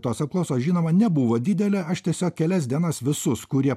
tos apklausos žinoma nebuvo didelė aš tiesiog kelias dienas visus kurie